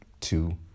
two